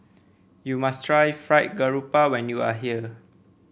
you must try Fried Garoupa when you are here